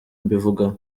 mbivugaho